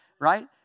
Right